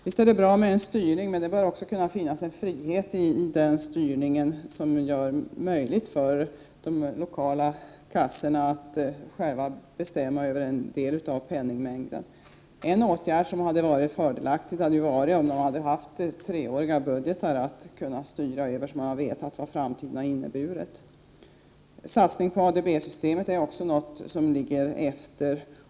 Visst är det bra med en styrning, men det bör också kunna finnas en frihet i den styrningen som gör det möjligt för de lokala kassorna att själva bestämma över en del av penningmängden. En fördelaktig åtgärd hade varit införande av treåriga budgetar, så att man hade vetat vad som kommer i framtiden. Också satsningen på ADB-systemet släpar efter.